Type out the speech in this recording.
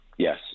Yes